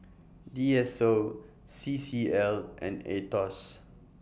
D S O C C L and Aetos